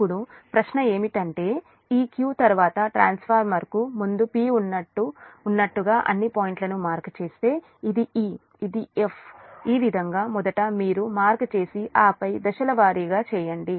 ఇప్పుడు ప్రశ్న ఏమిటంటే ఈ q తరువాత ట్రాన్స్ఫార్మర్కు ముందు p ఉన్నట్లుగా అన్ని పాయింట్లను మార్క్ చేస్తే ఇది e ఇది f ఈ విధంగా మొదట మీరు మార్క్ చేసి ఆపై దశలవారీగా చేయండి